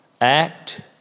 act